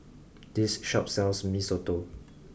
this shop sells mee soto